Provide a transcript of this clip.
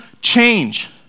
change